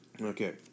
Okay